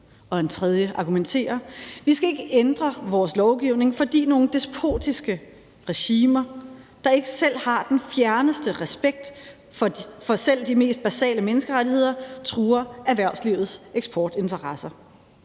Og en tredje argumenterer: Vi skal ikke ændre vores lovgivning, fordi nogle despotiske regimer, der ikke selv har den fjerneste respekt for selv de mest basale menneskerettigheder, truer erhvervslivets eksportinteresser.